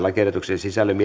lakiehdotuksen sisällöstä